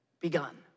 begun